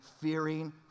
fearing